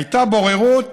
הייתה בוררות